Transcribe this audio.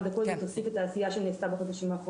אני מאגף שח"ה שמתעסק לא בקצה אלא על כל הרצף.